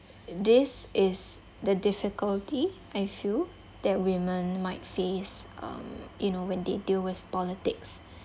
this is the difficulty I feel that women might face um you know when they deal with politics